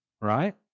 Right